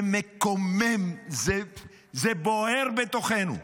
זה מקומם, זה בוער בתוכנו.